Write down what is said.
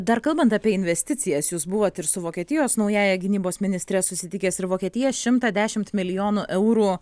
dar kalbant apie investicijas jūs buvot ir su vokietijos naująja gynybos ministre susitikęs ir vokietija šimtą dešimt milijonų eurų